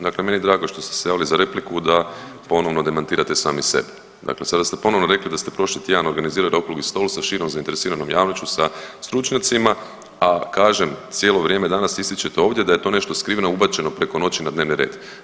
Dakle meni je drago što ste se javili za repliku da ponovno demantirate sami sebe, dakle sada ste ponovno rekli da ste prošli tjedan organizirali Okrugli stol sa širom zainteresiranom javnošću sa stručnjacima, a kažem cijelo vrijeme danas ističete ovdje da je to nešto skriveno ubačeno preko noći na dnevni red.